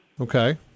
Okay